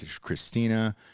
Christina